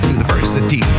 University